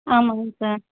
ஆமாங்க சார்